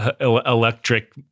Electric